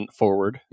forward